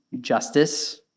justice